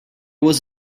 was